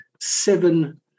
seven